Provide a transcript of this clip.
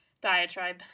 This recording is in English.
diatribe